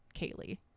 kaylee